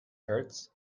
hurts